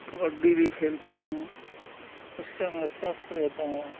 کبڈی بھی کھیلتا ہوں اس سے میں سوستھ رہتا ہوں